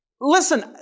listen